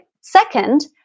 Second